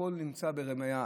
הכול נמצא ברמייה.